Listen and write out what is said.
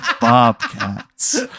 Bobcats